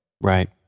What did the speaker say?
Right